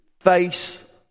face